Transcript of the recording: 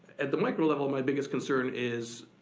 at the micro level, my biggest concern is,